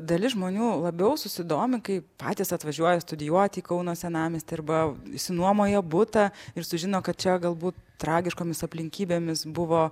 dalis žmonių labiau susidomi kai patys atvažiuoja studijuoti į kauno senamiestį arba išsinuomoja butą ir sužino kad čia galbūt tragiškomis aplinkybėmis buvo